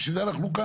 בשביל זה אנחנו כאן,